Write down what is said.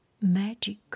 magic